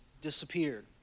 disappeared